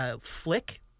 flick